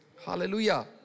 hallelujah